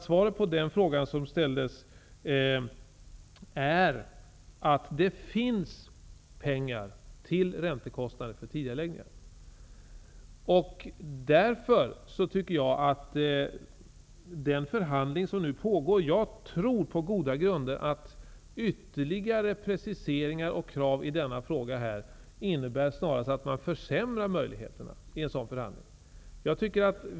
Svaret på den fråga som här ställdes är att det finns pengar till räntekostnader för tidigareläggningar. Jag tror på goda grunder att ytterligare preciseringar och krav i denna fråga kan innebära att man försämrar möjligheterna när det gäller en sådan förhandling.